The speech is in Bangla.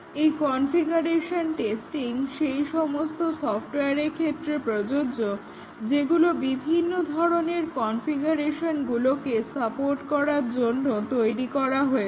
এই কনফিগারেশন টেস্টিং সেই সমস্ত সফটওয়্যারের ক্ষেত্রে প্রযোজ্য যেগুলো বিভিন্ন ধরনের কনফিগারেশনগুলোকে সাপোর্ট করার জন্য তৈরি করা হয়েছে